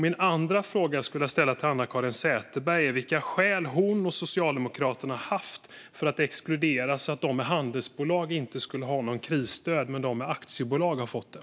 Den andra fråga som jag skulle vilja ställa till Anna-Caren Sätherberg är vilka skäl hon och Socialdemokraterna haft för att exkludera dem med handelsbolag så att de inte fått något krisstöd trots att de med aktiebolag har fått det.